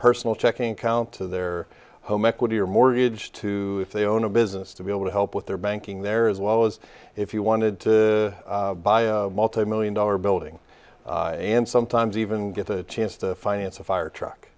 personal checking account to their home equity or mortgage to say own a business to be able to help with their banking there as well as if you wanted to buy a multimillion dollar building and sometimes even get a chance to finance a fire truck